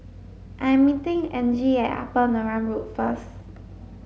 I am meeting Angie at Upper Neram Road first